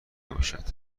باشد